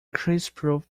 greaseproof